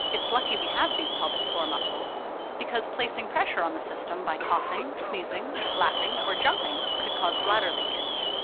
it's lucky we have these pelvic floor muscles because placing pressure on the system by coughing, sneezing, laughing, or jumping could cause bladder leakage.